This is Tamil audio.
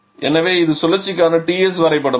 எனவே இது சுழற்சிக்கான Ts வரைபடம்